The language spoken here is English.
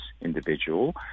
individual